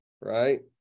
right